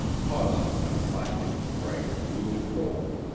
pausing on a binding of bright blue-and-gold.